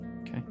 Okay